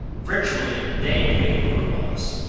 virtually, they pay your loss.